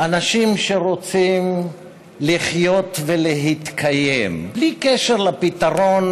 אנשים שרוצים לחיות ולהתקיים, בלי קשר לפתרון,